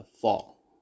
fall